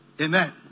Amen